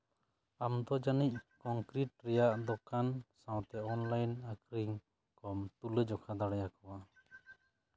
ᱟᱢᱫᱚ ᱡᱟᱹᱱᱤᱡ ᱠᱚᱝᱠᱨᱤᱴ ᱨᱮᱭᱟᱜ ᱫᱚᱠᱟᱱ ᱥᱟᱶᱛᱮ ᱚᱱᱞᱟᱭᱤᱱ ᱟᱹᱠᱷᱨᱤᱧ ᱠᱚᱢ ᱛᱩᱞᱟᱹ ᱡᱚᱠᱷᱟ ᱫᱟᱲᱮ ᱟᱠᱚᱣᱟ